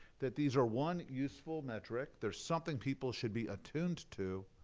that these are one useful metric, they're something people should be attuned to,